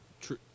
true